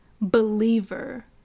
believer